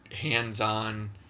hands-on